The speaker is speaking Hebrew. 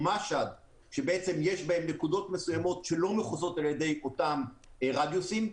משהאד שיש בהם נקודות מסוימות שלא מכוסות באותם רדיוסים.